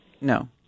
No